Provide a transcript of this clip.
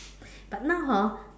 but now hor